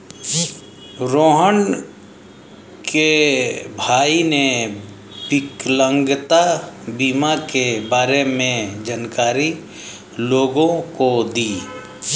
रोहण के भाई ने विकलांगता बीमा के बारे में जानकारी लोगों को दी